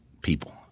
people